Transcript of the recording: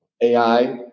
AI